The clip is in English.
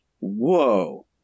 Whoa